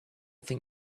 think